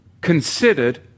considered